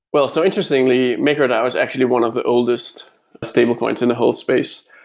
well, so interestingly makerdao is actually one of the oldest stablecoins in the whole space.